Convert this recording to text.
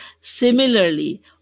Similarly